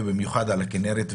במיוחד על הכינרת.